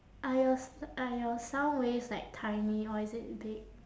are your s~ are your sound waves like tiny or is it big